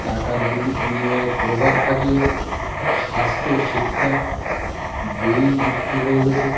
টাকার বিনিময়ে প্রভাব খাটিয়ে স্বাস্থ্য ও শিক্ষা দুইই বিক্রি হয়ে গেছে